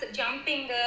jumping